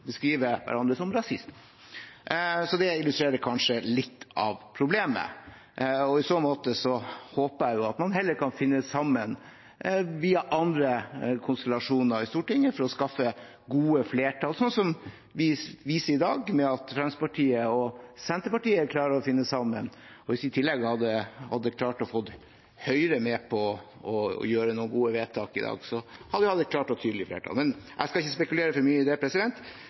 beskriver hverandre som rasister. Det illustrerer kanskje litt av problemet. I så måte håper jeg at man heller kan finne sammen via andre konstellasjoner i Stortinget for å skaffe gode flertall, sånn som vi viser i dag, ved at Fremskrittspartiet og Senterpartiet klarer å finne sammen. Hvis vi i tillegg hadde klart å få Høyre med på å gjøre noen gode vedtak i dag, hadde vi hatt et klart og tydelig flertall. Jeg skal ikke spekulere for mye i det,